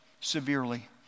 severely